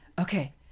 Okay